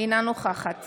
אינה נוכחת